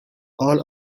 all